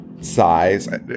size